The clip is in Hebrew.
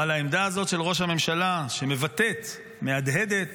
אבל העמדה הזאת של ראש הממשלה, שמבטאת, מהדהדת